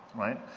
right?